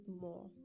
more